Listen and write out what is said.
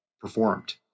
performed